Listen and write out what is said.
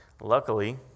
luckily